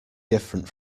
different